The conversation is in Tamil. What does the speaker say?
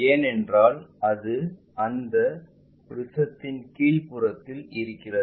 ஏனென்றால் அது அந்த ப்ரிஸத்தின் கீழ் புறத்தில் இருக்கிறது